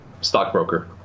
Stockbroker